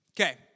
Okay